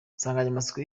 insanganyamatsiko